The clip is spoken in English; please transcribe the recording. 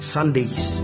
Sundays